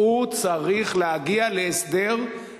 הוא צריך להגיע להסדר,